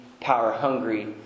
power-hungry